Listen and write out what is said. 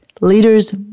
leaders